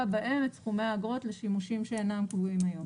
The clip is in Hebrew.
בהן את בסכומי האגרות לשימושים שאינם קבועים היום.